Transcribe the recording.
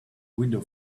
window